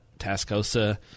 Tascosa